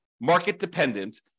market-dependent